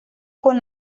con